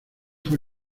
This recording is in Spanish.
fué